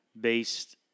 based